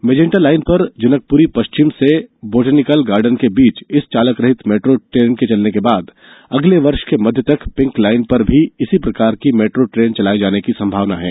magenta line पर जनकपुरी पश्चिम से बोटेनिकल गार्डन के बीच इस चालकरहित मेट्रो चलने के बाद अगले वर्ष के मध्य तक पिंक लाइन पर भी इसी प्रकार की मेट्रो ट्रेन चलाए जाने की संभावना है